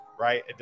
right